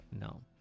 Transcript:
No